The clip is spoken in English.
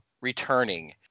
returning